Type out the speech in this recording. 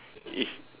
it's